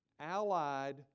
allied